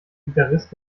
gitarrist